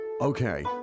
Okay